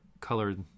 colored